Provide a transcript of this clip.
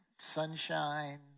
sunshine